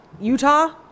utah